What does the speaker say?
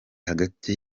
hagati